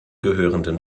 gehörenden